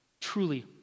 truly